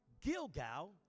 Gilgal